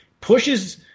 pushes